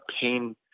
pain